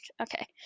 okay